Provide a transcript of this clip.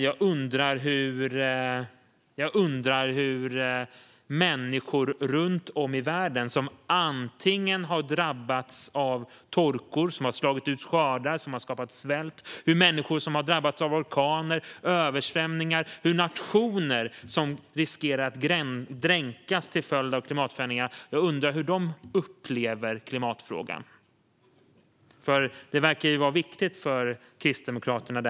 Jag undrar då hur andra människor runt om i världen upplever klimatfrågan, fru talman - människor som har drabbats av torka som slagit ut skördar och skapat svält eller människor som har drabbats av orkaner och översvämningar. Det gäller även nationer som riskerar att dränkas till följd av klimatförändringarna. Det här med upplevelser verkar nämligen vara viktigt för Kristdemokraterna.